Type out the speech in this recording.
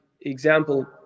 example